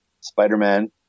Spider-Man